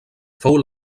fou